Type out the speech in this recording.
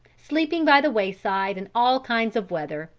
sleeping by the wayside in all kinds of weather,